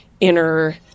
inner